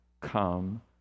come